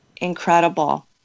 Incredible